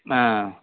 ஆ